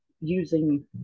using